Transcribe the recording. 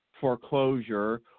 foreclosure